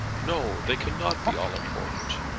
no they cannot be all-important.